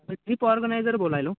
me trip organiser बोलायलो